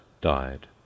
died